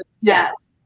Yes